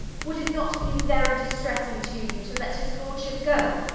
would it not be very distressing to you to let his lordship go,